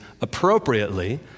appropriately